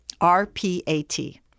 R-P-A-T